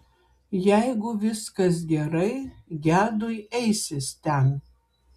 jeigu viskas gerai gedui eisis ten